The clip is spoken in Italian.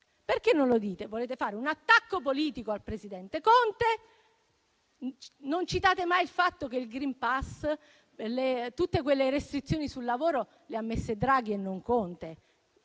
Perché non lo dite? Volete fare un attacco politico al presidente Conte. Non citate mai il fatto che il *green pass* e tutte le restrizioni sul lavoro le ha messe Draghi e non Conte.